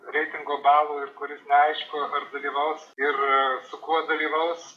reitingo balų ir kuris neaišku ar dalyvaus ir su kuo dalyvaus